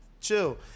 chill